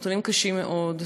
נתונים קשים מאוד,